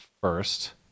first